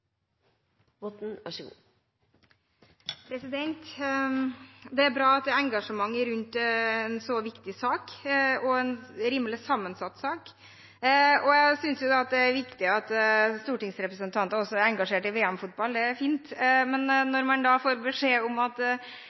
en så viktig og rimelig sammensatt sak, og jeg synes det er viktig at stortingsrepresentanter også er engasjert i VM-fotball – det er fint. Men når man får beskjed om at